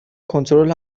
کنترل